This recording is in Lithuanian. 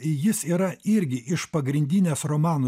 jis yra irgi iš pagrindinės romanų